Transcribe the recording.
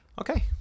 Okay